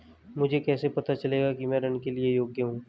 मुझे कैसे पता चलेगा कि मैं ऋण के लिए योग्य हूँ?